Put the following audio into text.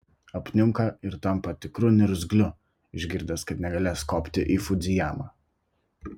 apniunka ir tampa tikru niurzgliu išgirdęs kad negalės kopti į fudzijamą